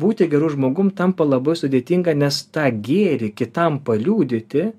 būti geru žmogum tampa labai sudėtinga nes tą gėrį kitam paliudyti